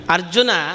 Arjuna